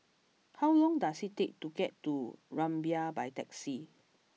how long does it take to get to Rumbia by taxi